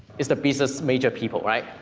is the business major people, right?